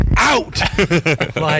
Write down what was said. out